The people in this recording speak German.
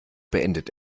beendet